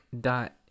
dot